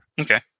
Okay